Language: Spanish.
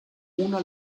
una